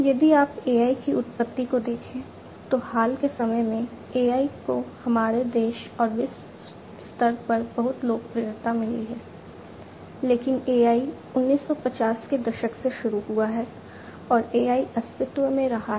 यदि आप AI की उत्पत्ति को देखें तो हाल के समय में AI को हमारे देश और विश्व स्तर पर बहुत लोकप्रियता मिली है लेकिन AI 1950 के दशक से शुरू हुआ है और AI अस्तित्व में रहा है